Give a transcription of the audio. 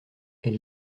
elle